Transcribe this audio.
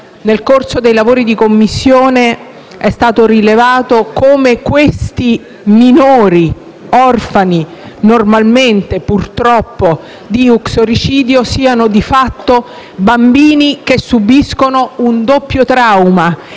Nel corso dei lavori di Commissione è stato rilevato come questi minori orfani normalmente, purtroppo, di uxoricidio siano di fatto bambini che subiscono un doppio trauma